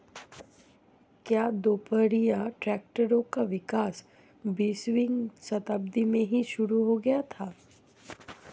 क्या दोपहिया ट्रैक्टरों का विकास बीसवीं शताब्दी में ही शुरु हो गया था?